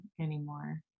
anymore